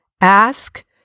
Ask